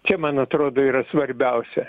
čia man atrodo yra svarbiausia